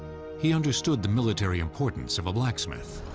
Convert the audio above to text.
he understood the military importance of a blacksmith.